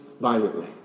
violently